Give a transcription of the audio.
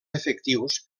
efectius